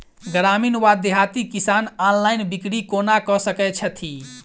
ग्रामीण वा देहाती किसान ऑनलाइन बिक्री कोना कऽ सकै छैथि?